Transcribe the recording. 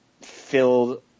filled –